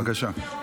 בבקשה.